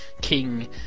king